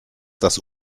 das